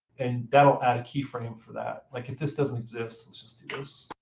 and that will add a keyframe for that. like if this doesn't exist let's just do this.